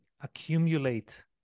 accumulate